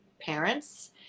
parents